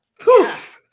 poof